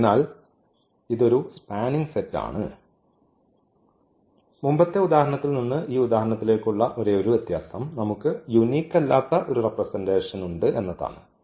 അതിനാൽ ഇത് ഒരു സ്പാനിംഗ് സെറ്റാണ് മുമ്പത്തെ ഉദാഹരണത്തിൽ നിന്ന് ഈ ഉദാഹരണത്തിലേക്കുള്ള ഒരേയൊരു വ്യത്യാസം നമുക്ക് യൂനിക് അല്ലാത്ത ഒരു റെപ്രെസെന്റഷൻ ഉണ്ട് എന്നതാണ്